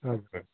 हजुर